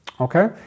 Okay